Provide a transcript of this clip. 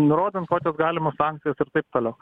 nurodant kokios galimos sankcijos ir taip toliau